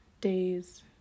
days